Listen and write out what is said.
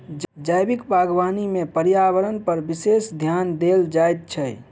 जैविक बागवानी मे पर्यावरणपर विशेष ध्यान देल जाइत छै